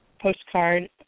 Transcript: postcard